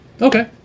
Okay